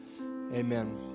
Amen